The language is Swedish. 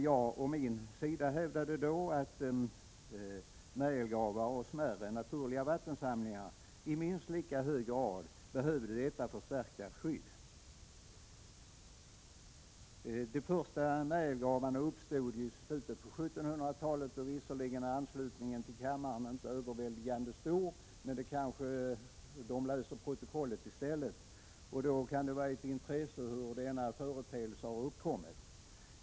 Jag å min sida hävdade då att märgelgravar och smärre naturliga vattensamlingar i minst lika hög grad behövde detta förstärkta skydd. Visserligen är närvaron i kammaren inte överväldigande stor, men man kanske läser protokollet i stället, och det kan vara av intresse att veta hur märgelgravarna har uppkommit.